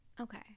Okay